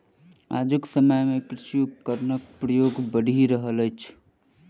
आजुक समय मे कृषि उपकरणक प्रयोग बढ़ि रहल अछि